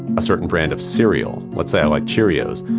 a certain brand of cereal, what's that like? cheerios.